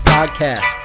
Podcast